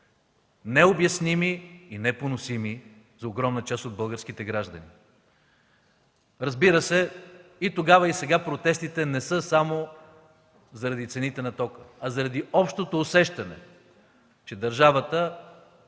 необясними и непоносими за огромна част от българските граждани. Разбира се, и тогава, и сега протестите не са само заради цените на тока, а заради общото усещане, че държавата